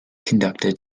conducted